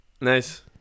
Nice